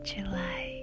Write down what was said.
July